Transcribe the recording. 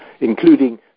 including